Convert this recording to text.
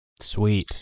Sweet